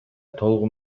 толугу